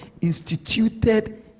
instituted